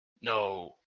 no